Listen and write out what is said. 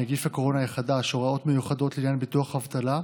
נגיף הקורונה החדש) (הוראות מיוחדות לעניין ביטוח אבטלה),